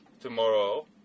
tomorrow